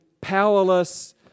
powerless